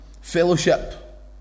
fellowship